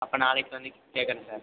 அப்போ நாளைக்கு வந்து கேட்குறேன் சார்